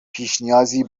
پیشنیازی